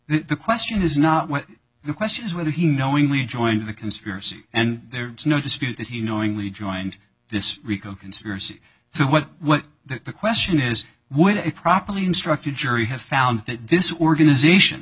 the question is not what the question is whether he knowingly joined the conspiracy and there's no dispute that he knowingly joined this rico conspiracy so what the question is would a properly constructed jury have found that this organization